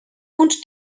uns